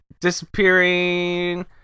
Disappearing